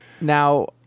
Now